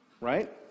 Right